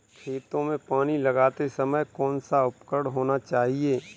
खेतों में पानी लगाते समय कौन सा उपकरण होना चाहिए?